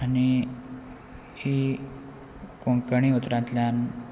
आनी ही कोंकणी उतरांतल्यान